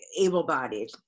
able-bodied